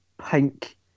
pink